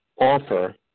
offer